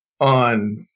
On